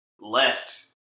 left